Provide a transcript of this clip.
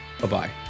Bye-bye